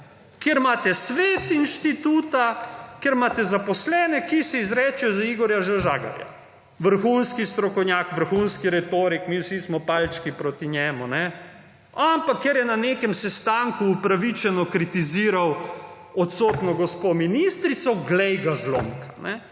kjer imate svet inštituta, kjer imate zaposlene, ki si izrečejo za Igorja Ž. Žagarja, vrhunski strokovnjak, vrhunski retorik, mi vsi smo palčki proti njemu. Ampak ker je na nekem sestanku upravičeno kritiziral odsotno gospo ministrico, glej ga zlomka.